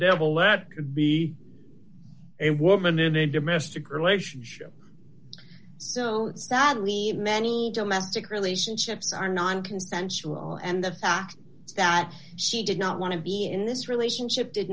devil that could be a woman in a domestic relationship so sadly many domestic relationships are non consensual and the fact that she did not want to be in this relationship did